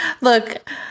Look